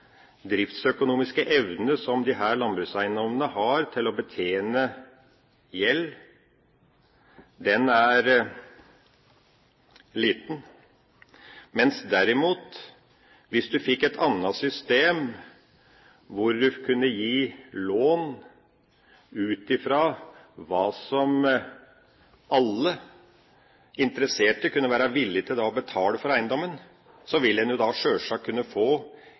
driftsøkonomiske evne som disse landbrukseiendommene har til å betjene gjeld, er liten. Hvis en derimot fikk et annet system hvor en kunne gi lån ut fra hva alle interesserte kunne være villige til å betale for eiendommen, ville en da sjølsagt kunne få